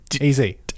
Easy